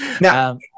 Now